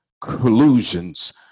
collusions